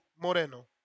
Moreno